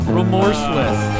remorseless